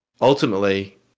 ultimately